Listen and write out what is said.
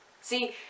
See